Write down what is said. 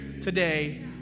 today